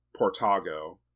Portago